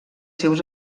seus